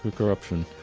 ah corruption.